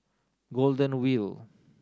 Golden Wheel